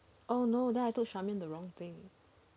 oh no then I told charmaine the wrong thing